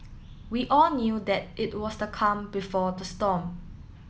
we all knew that it was the calm before the storm